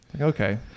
Okay